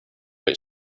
but